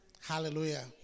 Hallelujah